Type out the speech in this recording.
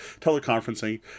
teleconferencing